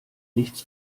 nichts